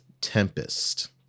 Tempest